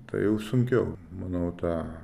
tai jau sunkiau manau tą